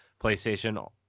PlayStation